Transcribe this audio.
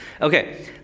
okay